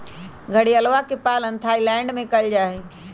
घड़ियलवा के पालन थाईलैंड में कइल जाहई